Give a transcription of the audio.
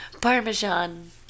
Parmesan